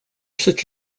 such